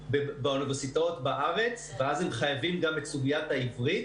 באוניברסיטאות בארץ ואז הם חייבים גם את סוגיית העברית.